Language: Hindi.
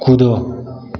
कूदो